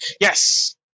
Yes